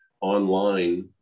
online